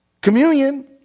Communion